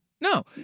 No